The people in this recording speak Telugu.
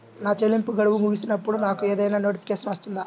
నా చెల్లింపు గడువు ముగిసినప్పుడు నాకు ఏదైనా నోటిఫికేషన్ వస్తుందా?